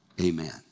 Amen